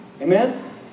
Amen